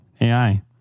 AI